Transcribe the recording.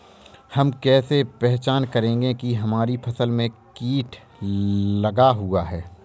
हम कैसे पहचान करेंगे की हमारी फसल में कीट लगा हुआ है?